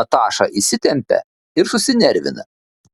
nataša įsitempia ir susinervina